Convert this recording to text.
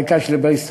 הרקע שלי בהסתדרות,